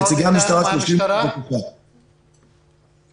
הפרטים, רק חשוב לי להוסיף פרט קטן שאנחנו,